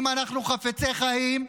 אם אנחנו חפצי חיים,